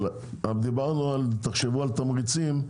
אבל תחשבו על תמריצים,